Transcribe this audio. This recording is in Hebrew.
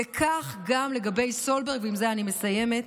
וכך גם לגבי סולברג, ועם זה אני מסיימת.